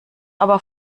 aber